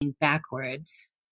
backwards